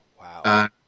wow